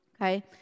Okay